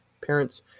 parents